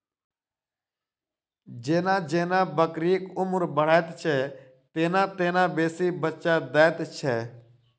जेना जेना बकरीक उम्र बढ़ैत छै, तेना तेना बेसी बच्चा दैत छै